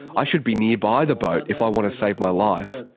i should be nearby the boat if i want to save my life.